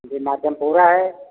पूरा है